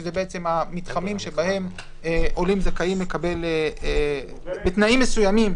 שזה בעצם המתחמים שבהם עולים זכאים לקבל בתנאים מסוימים,